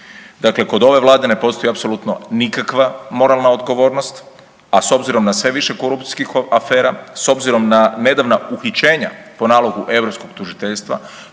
Dakle, kod ove Vlade ne postoji apsolutno nikakva moralna odgovornost, a s obzirom na sve više korupcijskih afera, s obzirom na nedavna uhićenja po nalogu europskog tužiteljstva,